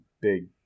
big